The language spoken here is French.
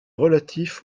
relatif